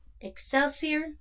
Excelsior